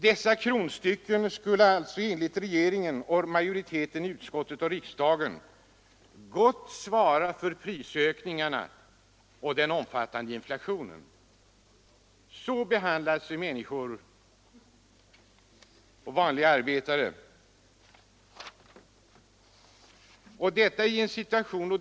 Dessa kronstycken skulle enligt regeringen, majoriteten i utskottet och riksdagen gott svara mot de omfattande prisökningarna och inflationen. Så behandlas människor — vanliga arbetare — som går på arbetsmarknadsutbildning.